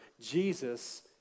Jesus